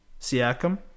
Siakam